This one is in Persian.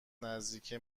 نزدیکه